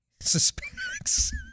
suspects